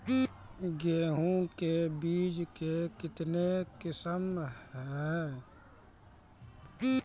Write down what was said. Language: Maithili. गेहूँ के बीज के कितने किसमें है?